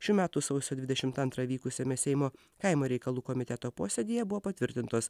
šių metų sausio dvidešimt antrą vykusiame seimo kaimo reikalų komiteto posėdyje buvo patvirtintos